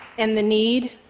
and the need